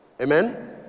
Amen